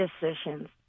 decisions